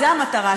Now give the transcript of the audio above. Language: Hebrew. זו המטרה,